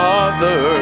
Father